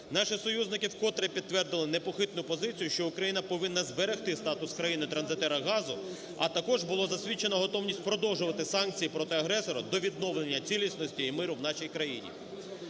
Наші союзники вкотре підтвердили непохитну позицію, що Україна повинна зберегти статус країни транзитера газу, а також було засвідчено готовність продовжувати санкції проти агресора до відновлення цілісності і миру в нашій країні.